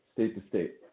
state-to-state